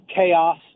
chaos